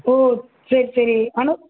ஓ சரி சரி அனு